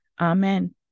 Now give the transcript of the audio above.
amen